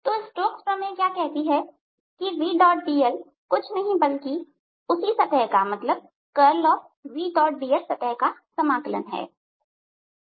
तो स्टोक्स प्रमेय क्या कहती है कि vdl कुछ नहीं है बल्कि उसी सतह का मतलब कर्ल ds सतह समाकलन है